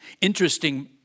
Interesting